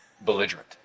belligerent